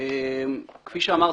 כפי שאמרתי,